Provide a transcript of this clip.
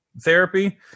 therapy